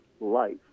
Life